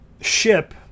ship